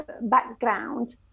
background